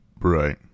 Right